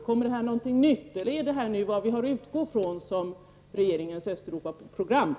Kommer det något nytt, eller är detta det vi har att utgå från i regeringens Östeuropapolitik?